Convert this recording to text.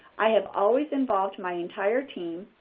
i have always involved my entire team,